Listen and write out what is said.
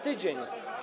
Tydzień.